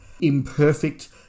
Imperfect